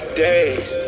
days